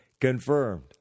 confirmed